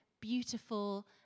beautiful